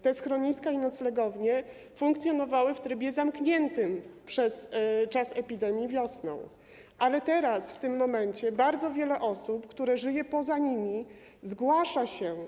Te schroniska i noclegownie funkcjonowały w trybie zamkniętym podczas epidemii wiosną, ale teraz, w tym momencie bardzo wiele osób, które żyje poza nimi, zgłasza się.